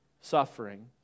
suffering